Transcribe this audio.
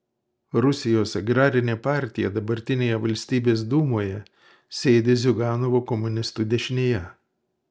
rusijos agrarinė partija dabartinėje valstybės dūmoje sėdi ziuganovo komunistų dešinėje